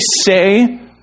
say